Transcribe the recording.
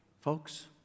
Folks